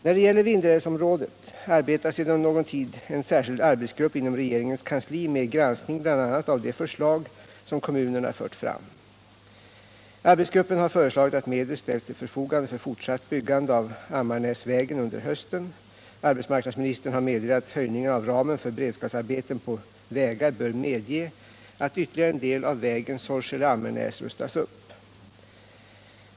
När det gäller Vindelälvsområdet arbetar sedan någon tid en särskild arbetsgrupp inom regeringens kansli med granskning bl.a. av de förslag som kommunerna för fram. Arbetsgruppen har föreslagit att medel ställs till förfogande för fortsatt byggande av Ammarnäsvägen under hösten. Arbetsmarknadsministern har meddelat att höjningen av ramen för beredskapsarbeten på vägar bör medge att ytterligare en del av vägen Sorsele-Ammarnäs rustas upp.